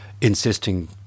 insisting